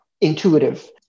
intuitive